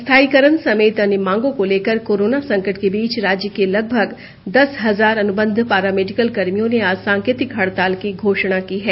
स्थायीकरण समेत अन्य मांगों को लेकर कोरोना संकट के बीच राज्य के लगभग दस हजार अनुबंध पारा मेडिकल कर्मियों ने आज सांकेतिक हड़ताल की घोषणा की है